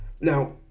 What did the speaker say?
Now